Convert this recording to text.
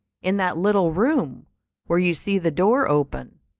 in that little room where you see the door open.